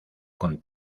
con